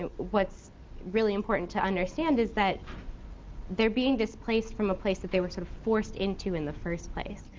ah what's really important to understand is that they're being displaced from a place that they were sort of forced into in the first place.